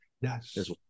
Yes